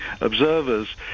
observers